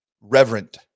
reverent